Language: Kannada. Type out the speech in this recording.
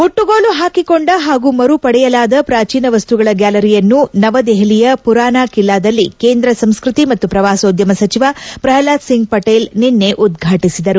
ಮುಟ್ಟಗೋಲು ಹಾಕಿಕೊಂಡ ಹಾಗೂ ಮರು ಪಡೆಯಲಾದ ಪ್ರಾಚೀನ ವಸ್ತಗಳ ಗ್ಭಾಲರಿಯನ್ನು ನವದೆಹಲಿಯ ಮರಾನ ಕಿಲ್ಲಾದಲ್ಲಿ ಕೇಂದ್ರ ಸಂಸ್ಕೃತಿ ಮತ್ತು ಪ್ರವಾಸೋದ್ಯಮ ಸಚಿವ ಪ್ರಹ್ಲಾದ್ ಸಿಂಗ್ ಪಟೇಲ್ ನಿನ್ನೆ ಉದ್ಘಾಟಿಸಿದರು